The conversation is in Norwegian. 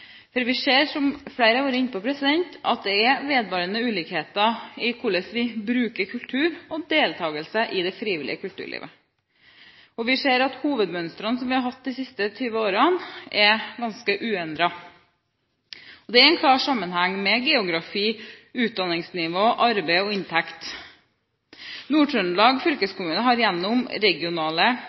Vi ser, som flere har vært inne på, at det er vedvarende ulikheter i hvordan vi bruker kultur og deltar i det frivillige kulturlivet, og vi ser at hovedmønstrene som vi har hatt de siste 20 årene, er ganske uendret. Det er en klar sammenheng med hensyn til geografi, utdanningsnivå, arbeid og inntekt. Nord-Trøndelag fylkeskommune har gjennom regionale